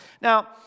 Now